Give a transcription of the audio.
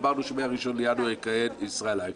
אמרנו שמה-1 בינואר יכהן ישראל אייכלר.